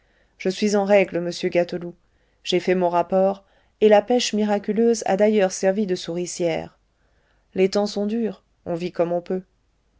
je suis en règle monsieur gâteloup j'ai fait mon rapport et la pêche miraculeuse a d'ailleurs servi de souricière les temps sont durs on vit comme on peut